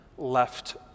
left